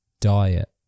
diet